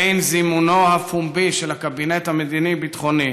בין זימונו הפומבי של הקבינט המדיני-ביטחוני